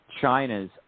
China's